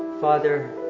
Father